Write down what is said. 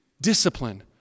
discipline